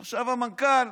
עכשיו, המנכ"ל